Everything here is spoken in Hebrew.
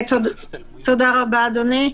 תודה רבה, אדוני.